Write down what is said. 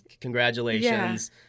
Congratulations